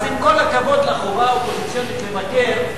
אז עם כל הכבוד לחובה האופוזיציונית לבקר,